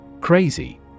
Crazy